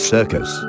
Circus